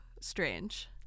strange